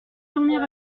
dormir